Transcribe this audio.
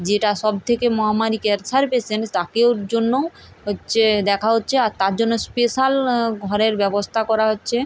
যেটা সব থেকে মহামারী ক্যানসার পেশেন্ট তাকেও জন্যও হচ্ছে দেখা হচ্ছে আর তার জন্য স্পেশাল ঘরের ব্যবস্থা করা হচ্ছে